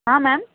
ma'am